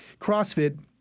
CrossFit